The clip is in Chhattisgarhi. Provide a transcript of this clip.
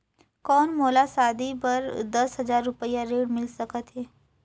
कौन मोला शादी बर दस हजार रुपिया ऋण मिल सकत है?